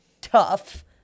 tough